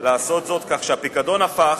לעשות זאת, כך שהפיקדון הפך,